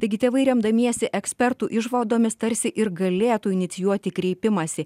taigi tėvai remdamiesi ekspertų išvadomis tarsi ir galėtų inicijuoti kreipimąsi